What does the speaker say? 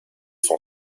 sont